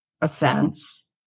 offense